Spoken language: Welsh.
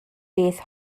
beth